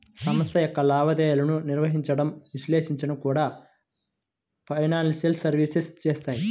సంస్థ యొక్క లావాదేవీలను నిర్వహించడం, విశ్లేషించడం కూడా ఫైనాన్షియల్ సర్వీసెస్ చేత్తాయి